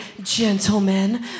gentlemen